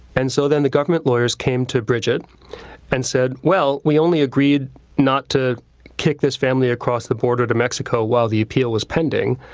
and so then the government lawyers came to bridget and said, well, we only agreed not to kick this family across the border to mexico while the appeal was pending.